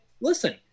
listen